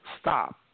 stop